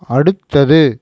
அடுத்தது